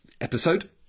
episode